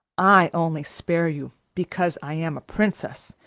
i only spare you because i am a princess,